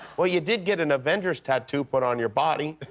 well, you did get an avengers tattoo put on your body.